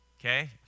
Okay